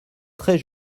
très